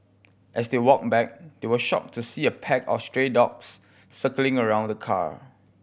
as they walked back they were shocked to see a pack of stray dogs circling around the car